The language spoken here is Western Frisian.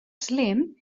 slim